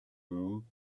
room